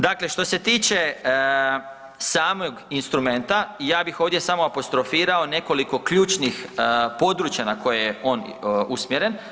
Dakle, što se tiče samog instrumenta, ja bih ovdje samo apostrofirao nekoliko ključnih područja na koje je on usmjeren.